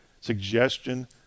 suggestion